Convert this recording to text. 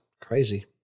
Crazy